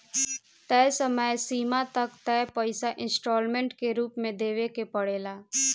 तय समय सीमा तक तय पइसा इंस्टॉलमेंट के रूप में देवे के पड़ेला